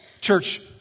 Church